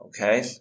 okay